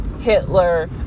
Hitler